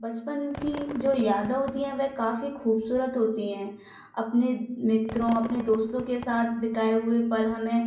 बचपन की जो यादव होती हैं वे काफ़ी खुबसूरत होती हैं अपने मित्रों अपने दोस्तों के साथ बिताए हुए पल हमें